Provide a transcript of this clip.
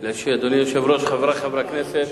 היושב-ראש, חברי חברי הכנסת,